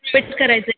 तेच करायचं आहे